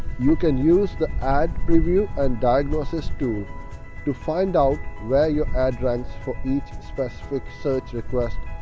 you can use the ad preview and diagnosis tool to find out where your ad ranks for each specific search request.